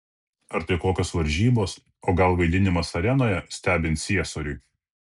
ar tai kokios varžybos o gal vaidinimas arenoje stebint ciesoriui